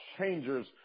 changers